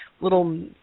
little